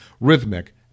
rhythmic